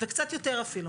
זה אפילו קצת יותר מזה,